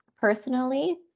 Personally